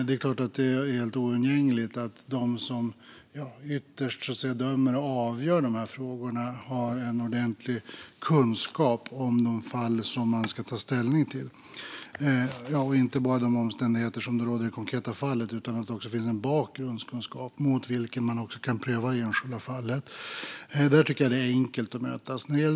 Det är helt oundgängligt att de som ytterst dömer och avgör de här frågorna har en ordentlig kunskap om de fall som de ska ta ställning till, och då menar jag inte bara kunskap om omständigheterna i det konkreta fallet utan också en bakgrundskunskap mot vilken man också kan pröva det enskilda fallet. Där tycker jag att det är enkelt att mötas.